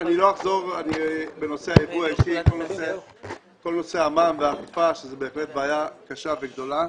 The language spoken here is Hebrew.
על כל נושא המע"מ והאכיפה שזאת בהחלט בעיה קשה וגדולה.